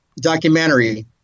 documentary